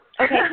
Okay